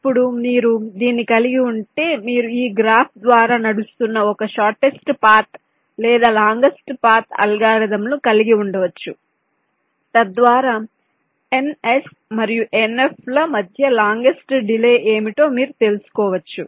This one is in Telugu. ఇప్పుడు మీరు దీన్ని కలిగి ఉంటే మీరు ఈ గ్రాఫ్ ద్వారా నడుస్తున్న ఒక షార్టస్ట్ పాత్ లేదా లాంగెస్ట్ పాత్ అల్గోరిథంలను కలిగి ఉండవచ్చు తద్వారా ns మరియు nf ల మధ్య లాంగెస్ట్ డిలే ఏమిటో మీరు తెలుసుకోవచ్చు